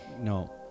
No